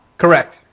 Correct